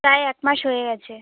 প্রায় এক মাস হয়ে গেছে